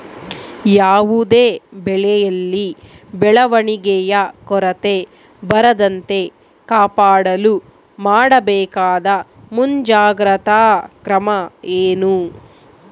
ಯಾವುದೇ ಬೆಳೆಯಲ್ಲಿ ಬೆಳವಣಿಗೆಯ ಕೊರತೆ ಬರದಂತೆ ಕಾಪಾಡಲು ಮಾಡಬೇಕಾದ ಮುಂಜಾಗ್ರತಾ ಕ್ರಮ ಏನು?